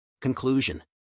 Conclusion